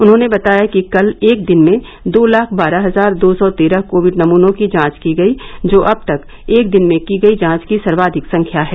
उन्होंने बताया कि कल एक दिन में दो लाख बारह हजार दो सौ तेरह कोविड नमूनों की जांच की गयी जो अब तक एक दिन में की गयी जांच की सर्वाधिक संख्या है